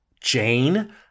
Jane